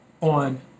on